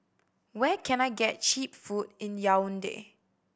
where can I get cheap food in Yaounde